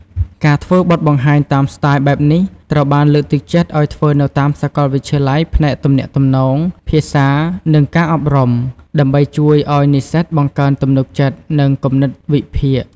ការធ្វើបទបង្ហាញតាមស្ទាយបែបនេះត្រូវបានលើកទឹកចិត្តឱ្យធ្វើនៅតាមសកលវិទ្យាល័យផ្នែកទំនាក់ទំនង ភាសា និងការអប់រំ ដើម្បីជួយឱ្យនិស្សិតបង្កើនទំនុកចិត្ត និងគំនិតវិភាគ។